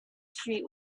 street